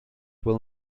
will